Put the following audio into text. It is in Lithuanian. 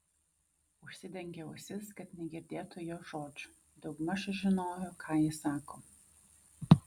užsidengė ausis kad negirdėtų jos žodžių daugmaž žinojo ką ji sako